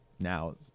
now